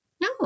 No